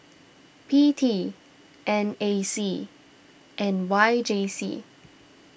P T N A C and Y J C